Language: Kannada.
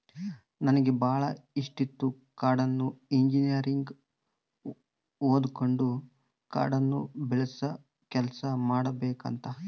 ನನಗೆ ಬಾಳ ಇಷ್ಟಿತ್ತು ಕಾಡ್ನ ಇಂಜಿನಿಯರಿಂಗ್ ಓದಕಂಡು ಕಾಡ್ನ ಬೆಳಸ ಕೆಲ್ಸ ಮಾಡಬಕಂತ